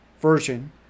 version